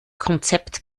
konzept